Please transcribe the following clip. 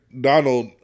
Donald